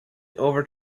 over